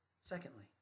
Secondly